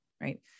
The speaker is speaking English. right